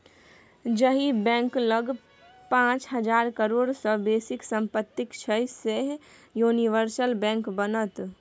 जाहि बैंक लग पाच हजार करोड़ सँ बेसीक सम्पति छै सैह यूनिवर्सल बैंक बनत